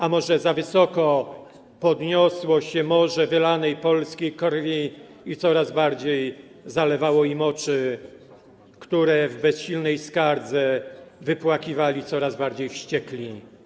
A może za wysoko podniosło się morze wylanej polskiej krwi i coraz bardziej zalewało im oczy, które w bezsilnej skardze wypłakiwali, coraz bardziej wściekli.